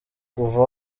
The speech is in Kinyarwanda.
kuva